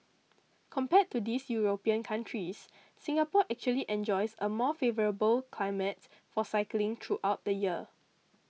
compared to these European countries Singapore actually enjoys a more favourable climate for cycling throughout the year